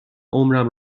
عمرم